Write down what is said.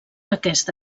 aquesta